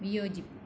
വിയോജിപ്പ്